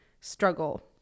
struggle